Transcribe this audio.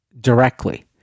directly